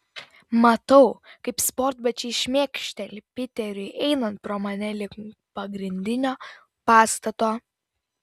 matau kaip sportbačiai šmėkšteli piteriui einant pro mane link pagrindinio pastato